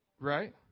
right